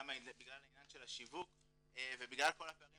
גם בגלל העניין של השיווק ובגלל כל הפערים